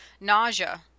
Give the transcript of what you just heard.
nausea